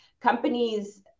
companies